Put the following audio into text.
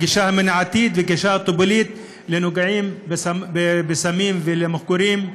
הגישה המניעתית והגישה הטיפולית לנגועים בסמים ולמכורים,